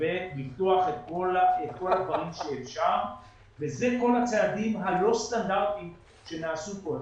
ולפתוח את כלל הדברים שאפשר ואלה כל הצעדים הלא סטנדרטים שנעשו כאן.